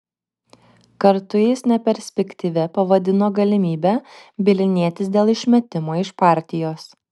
kartu jis neperspektyvia pavadino galimybę bylinėtis dėl išmetimo iš partijos